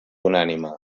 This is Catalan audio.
unànime